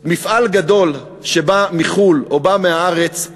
מפעל גדול שבא מחו"ל או בא מהארץ,